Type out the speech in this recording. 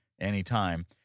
anytime